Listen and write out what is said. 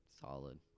Solid